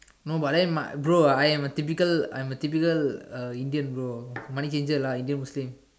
no but then my bro I am typical I am a typical uh Indian bro money changer lah Indian Muslim